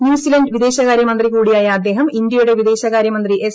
New Zealand വിദേശകാര്യ മന്ത്രി കൂടിയായ അദ്ദേഹം ഇന്ത്യയുടെ വിദേശകാര്യ മന്ത്രി എസ്